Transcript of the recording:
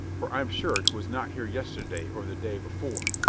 for i'm sure twas not here yesterday or the day before.